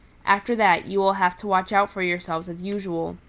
after that you will have to watch out for yourselves as usual.